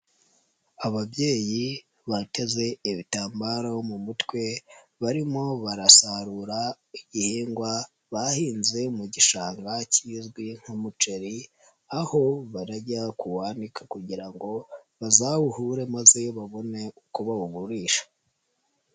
Ababyeyi bateze ibitambaro mu mutwe barimo barasarura igihingwa bahinze mu gishanga kizwi nk'umuceri aho barajya kuwanika kugira ngo bazawuhure maze babone uko bawugurisha.